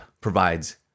provides